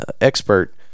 expert